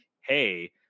hey